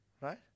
right